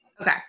Okay